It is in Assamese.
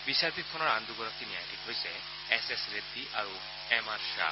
বিচাৰপীঠখনৰ আন দুগৰাকী ন্যায়াধীশ হৈছে এছ এছ ৰেড্ডি আৰু এম আৰ খাহ